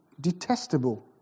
detestable